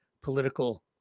political